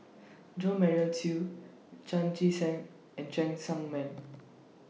Jo Marion Seow Chan Chee Seng and Cheng Tsang Man